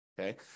Okay